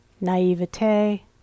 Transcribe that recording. naivete